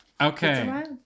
Okay